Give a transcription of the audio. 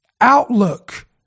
outlook